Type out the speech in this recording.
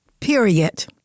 period